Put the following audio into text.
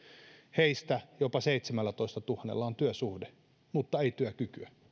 heistä jopa seitsemällätoistatuhannella on työsuhde mutta ei työkykyä